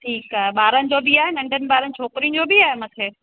ठीकु आहे ॿारनि जो बि आहे नंढनि ॿारनि छोकिरिनि जो बि आहे मथे